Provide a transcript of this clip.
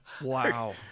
Wow